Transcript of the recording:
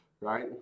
right